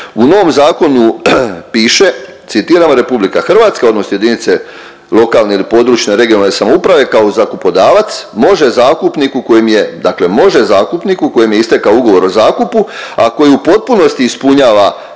U novom zakonu piše, citiram, RH odnosno jedinice lokalne ili područne regionalne samouprave kao zakupodavac može zakupniku kojem je, dakle može zakupniku kojem je istekao ugovor o zakupu, a koji u potpunosti ispunjava